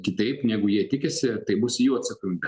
kitaip negu jie tikisi tai bus jų atsakomybė